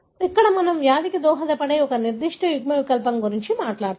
ఇక్కడ మనము వ్యాధికి దోహదపడే ఒక నిర్దిష్ట యుగ్మవికల్పం గురించి మాట్లాడుతున్నాము